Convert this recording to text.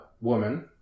woman